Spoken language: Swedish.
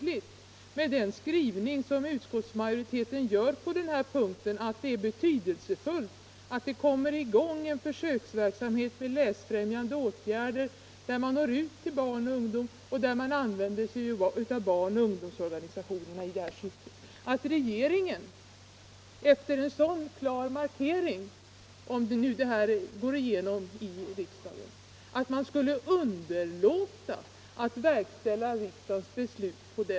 Och med den skrivning som utskottsmajoriteten gjort, att det är betydelsefullt att en försöksverksamhet med läsfrämjande åtgärder kommer i gång, så att man når ut till barn och ungdom — och att man då använder sig av barnoch ungdomsorganisationerna i det syftet — vore det högst märkligt om regeringen efter en så klar markering underlät att verkställa riksdagens beslut.